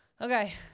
Okay